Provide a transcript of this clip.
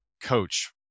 coach